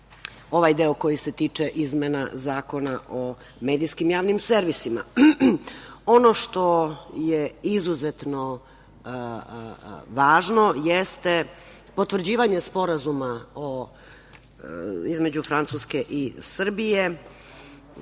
ovaj deo koji se tiče izmena Zakona o medijskim javnim servisima. Ono što je izuzetno važno jeste potvrđivanje Sporazuma između Francuske i Srbije